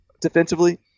defensively